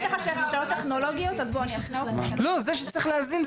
זה שצריך להזין,